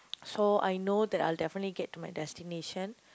so I know that I'll definitely get to my destination